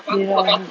ya